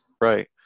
Right